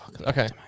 Okay